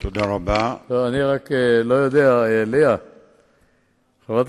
אני מזמין חברי כנסת נוספים.